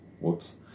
Whoops